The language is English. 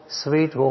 sweet